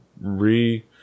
re